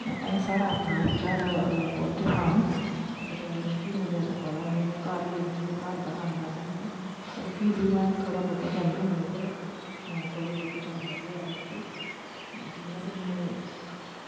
है साढ़ा अपना फिल्हाल पोल्ट्री फार्म मिगी इन्ना जादा पता नी में घर गै रैह्न्नी होनीं रैह्नीं होन्नी घर दा कम्म करनीं होन्नी फिर में इयां थोह्ड़ा बौह्ता जन्नी होन्नी उद्धर थोह्ड़ी बौह्ती जानकारी ऐ मिगी जि'यां